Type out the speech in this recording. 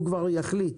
הוא כבר יחליט